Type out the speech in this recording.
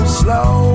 slow